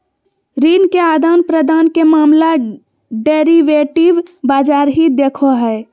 ऋण के आदान प्रदान के मामला डेरिवेटिव बाजार ही देखो हय